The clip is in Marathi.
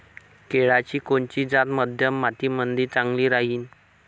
केळाची कोनची जात मध्यम मातीमंदी चांगली राहिन?